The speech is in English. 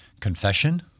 confession